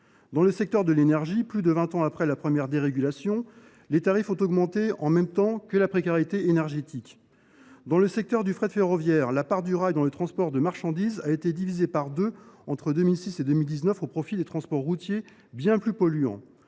Dans le secteur de l’énergie, plus de vingt ans après la première dérégulation, les tarifs ont augmenté en même temps que la précarité énergétique. Dans le secteur du fret ferroviaire, la part du rail dans le transport de marchandises a été divisée par deux entre 2006 et 2019, au profit des transports routiers, bien plus polluants.